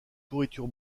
pourriture